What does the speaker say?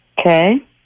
Okay